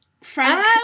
Frank